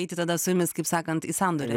eiti tada su jumis kaip sakant į sandorį